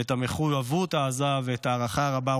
את המחויבות העזה ואת ההערכה הרבה,